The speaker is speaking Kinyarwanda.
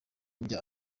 bya